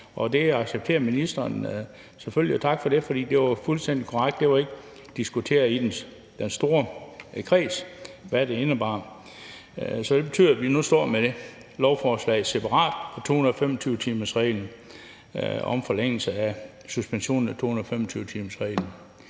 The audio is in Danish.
Det accepterede ministeren selvfølgelig, og tak for det. For det er jo fuldstændig korrekt, at det ikke var blevet diskuteret i den store kreds, hvad det indebar. Så det betyder, at vi nu står med et separat lovforslag om en forlængelse af suspensionen af 225-timersreglen.